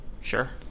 Sure